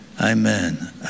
Amen